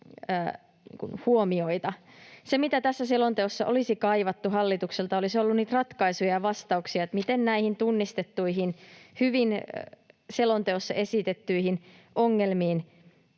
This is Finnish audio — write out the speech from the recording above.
huomioita. Se, mitä tässä selonteossa olisi kaivattu hallitukselta, olisi ollut niitä ratkaisuja ja vastauksia, miten näihin tunnistettuihin, hyvin selonteossa esitettyihin ongelmiin